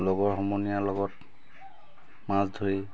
লগৰ সমনীয়াৰ লগত মাছ ধৰি